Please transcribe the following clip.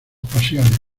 pasiones